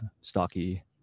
stocky